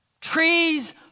Trees